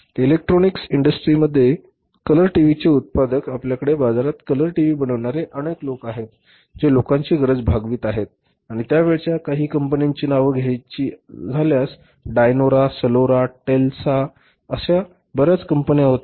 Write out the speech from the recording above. electronics इंडस्ट्रीमध्ये उदाहरणार्थ colour टीव्हीचे उत्पादक आपल्याकडे बाजारात कलर टीव्ही बनविणारे अनेक लोक आहेत जे लोकांची गरज भागवित आहेत आणि त्या वेळच्या काही कंपन्यांचे नावं घ्यायची झाल्यास डायनोरा सलोरा टेस्ला अशा बर्याच कंपन्या होत्या